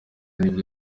nibwo